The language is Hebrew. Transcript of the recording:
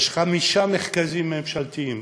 יש חמישה מרכזים ממשלתיים,